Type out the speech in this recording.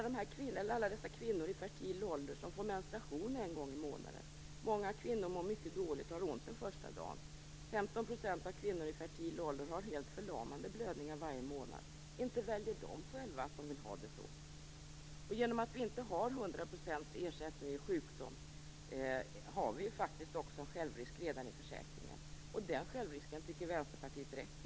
Eller ta alla dessa kvinnor i fertil ålder som får menstruation en gång i månaden. Många kvinnor mår mycket dåligt och har ont den första dagen. 15 % av kvinnor i fertil ålder har helt förlamande blödningar varje månad. Inte väljer de själva att ha det så. Genom att vi inte har 100 % ersättning vid sjukdom har vi ju faktiskt också en självrisk redan i försäkringen. Vänsterpartiet tycker att det räcker med den självrisken.